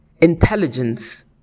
Intelligence